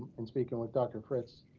in speaking with dr. fritz,